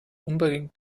unbedingt